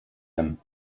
him